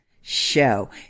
show